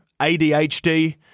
ADHD